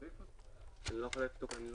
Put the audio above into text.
בסופה יבוא "וברכב מסוג 2N,